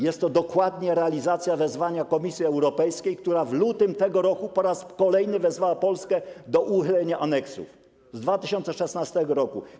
Jest to dokładnie realizacja wezwania Komisji Europejskiej, która w lutym tego roku po raz kolejny wezwała Polskę do uchylenia aneksów z 2016 r.